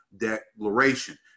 declaration